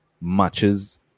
matches